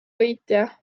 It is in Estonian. võitja